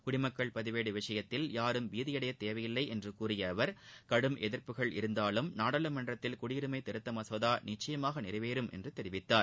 குடிமக்கள் பதிவேடு விஷயத்தில் யாரும் பீதியடைய தேவையில்லை என்று கூறிய அவர் கடும் எதிர்ப்புக்கள் இருந்தாலும் நாடாளுமன்றத்தில் குடியுரிமை திருத்த மசோதா நிச்சயமாக நிறைவேறும் என்று தெரிவித்தார்